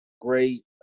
great